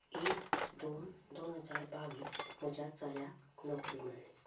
एक दोन दोन हजार बावीस म्हज्या चलयाक नोकरी मेळ्ळी